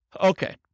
Okay